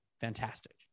fantastic